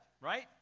right